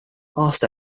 aasta